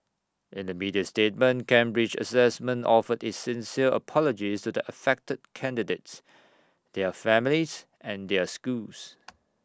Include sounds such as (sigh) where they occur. in A media statement Cambridge Assessment offered its sincere apologies to the affected candidates their families and their schools (noise)